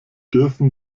dürfen